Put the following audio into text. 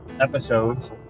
episodes